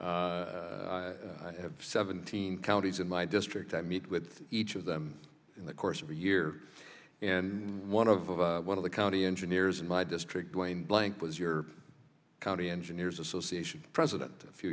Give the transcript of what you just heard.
seventeen counties in my district i meet with each of them in the course of a year and one of the one of the county engineers in my district wayne blank was your county engineers association president a few